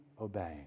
obeying